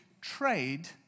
trade